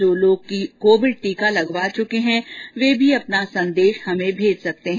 जो लोग कोविड टीका लगवा चुके हैं वे भी अपना संदेश भेज सकते हैं